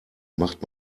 macht